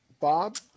Bob